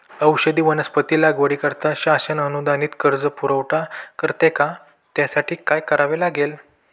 औषधी वनस्पती लागवडीकरिता शासन अनुदानित कर्ज पुरवठा करते का? त्यासाठी काय करावे लागेल?